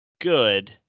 good